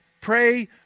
pray